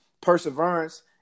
perseverance